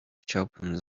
chciałbym